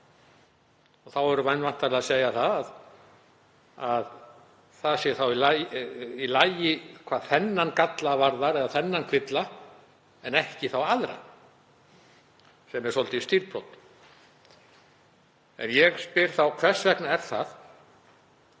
Þá eru menn væntanlega að segja að það sé í lagi hvað þennan galla varðar eða þennan kvilla en ekki aðra, sem er svolítið stílbrot. Ég spyr þá: Hvers vegna er það?